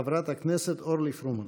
חברת הכנסת אורלי פרומן.